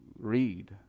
Read